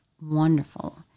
wonderful